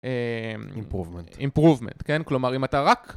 אימפרובמנט, כן? כלומר, אם אתה רק...